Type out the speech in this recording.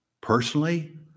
Personally